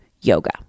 yoga